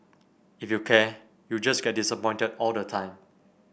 if you care you just get disappointed all the time